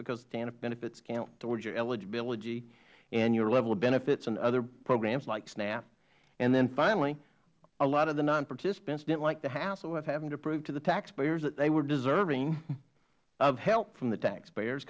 because tanf benefits count towards your eligibility and your level of benefits in other programs like snap finally a lot of the non participants didnt like the hassle of having to prove to the taxpayers that they were deserving of help from the taxpayers